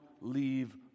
leave